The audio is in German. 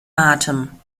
atem